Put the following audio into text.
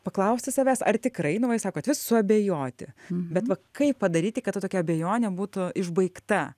paklausti savęs ar tikrai nu va jūs sakot vis suabejoti bet va kaip padaryti kad ta tokia abejonė būtų išbaigta